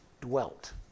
dwelt